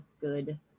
good